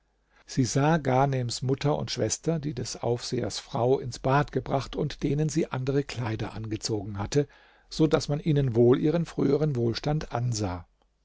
sie sah ghanems mutter und schwester die des aufsehers frau ins bad gebracht und denen sie andere kleider angezogen hatte so daß man ihnen wohl ihren früheren wohlstand ansah